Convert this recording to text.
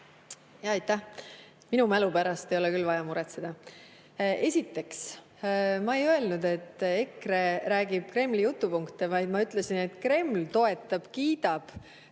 Aitäh! Minu mälu pärast ei ole küll vaja muretseda. Esiteks, ma ei öelnud, et EKRE räägib Kremli jutupunkte, vaid ma ütlesin, et Kreml toetab ja kiidab